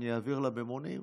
אני אעביר לממונים,